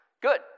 Good